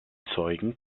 zeugen